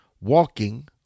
walking